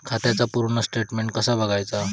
खात्याचा पूर्ण स्टेटमेट कसा बगायचा?